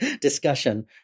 discussion